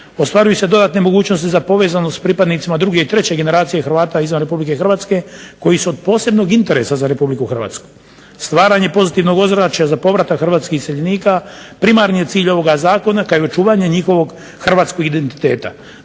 ostvaruju se dodatne mogućnosti za povezanost s pripadnicima druge i treće generacije Hrvata izvan RH koji su od posebnog interesa za RH. Stvaranje pozitivnog ozračja za povratak hrvatskih iseljenika primarni je cilj ovoga zakona kao i očuvanje njihovog hrvatskog identiteta